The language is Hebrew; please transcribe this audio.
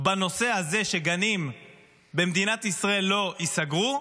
בנושא הזה שגנים במדינת ישראל לא ייסגרו,